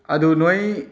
ꯑꯗꯨ ꯅꯣꯏ